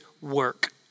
work